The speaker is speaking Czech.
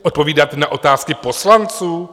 Odpovídat na otázky poslanců?